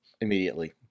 immediately